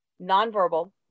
nonverbal